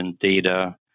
data